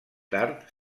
tard